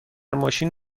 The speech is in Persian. ماشین